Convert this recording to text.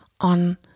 on